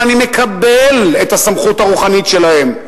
ואני מקבל את הסמכות הרוחנית שלהם,